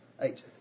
Eight